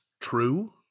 true